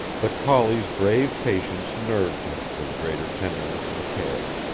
the collie's brave patience nerved him to greater tenderness and care.